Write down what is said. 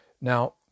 Now